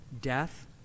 death